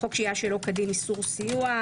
חוק שהייה שלא כדין איסור סיוע,